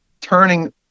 turning